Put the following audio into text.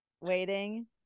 waiting